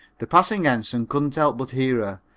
the passing ensign couldn't help but hear her,